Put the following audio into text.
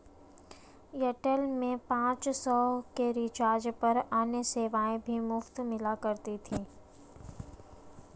Airtel में पाँच सौ के रिचार्ज पर अन्य सेवाएं भी मुफ़्त मिला करती थी